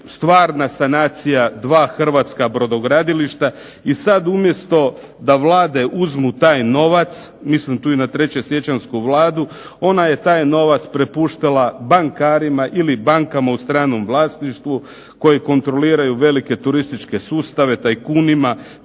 stvarna sanacija dva hrvatska brodogradilišta. I sad umjesto da Vlade uzmu taj novac, mislim tu i na 3. siječanjsku Vladu. Ona je taj novac prepuštala bankarima ili bankama u stranom vlasništvu koji kontroliraju velike turističke sustave tajkunima,